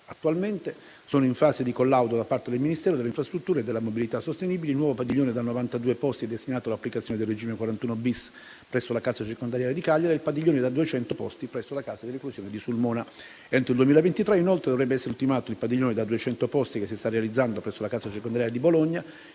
Attualmente, sono in fase di collaudo, da parte del Ministero delle infrastrutture e dei trasporti, il nuovo padiglione da 92 posti, destinato all'applicazione del regime di cui all'articolo 41-*bis*, presso la casa circondariale di Cagliari, e il padiglione da 200 posti, presso la casa di reclusione di Sulmona. Entro il 2023, inoltre, dovrebbero essere ultimati il padiglione da 200 posti che si sta realizzando presso la casa circondariale Bologna